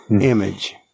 image